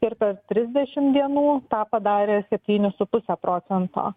ir per trisdešimt dienų tą padarė septyni su puse procento